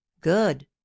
good